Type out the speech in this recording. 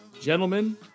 gentlemen